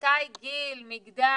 ממתי גיל, מגדר